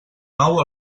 nou